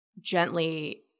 Gently